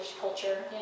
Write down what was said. culture